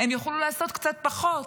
הם יוכלו לעשות קצת פחות,